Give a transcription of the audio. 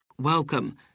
Welcome